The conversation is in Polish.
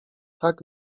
tak